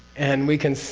and we can.